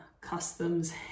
customs